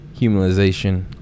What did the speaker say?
humanization